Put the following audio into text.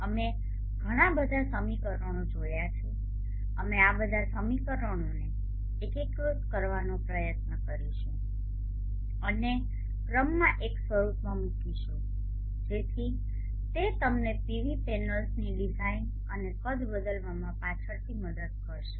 અમે ઘણા બધા સમીકરણો જોયા છે અમે આ બધા સમીકરણોને એકીકૃત કરવાનો પ્રયત્ન કરીશું અને ક્રમમાં એક સ્વરૂપમાં મૂકીશું જેથી તે તમને પીવી પેનલ્સની ડિઝાઇન અને કદ બદલવામાં પાછળથી મદદ કરશે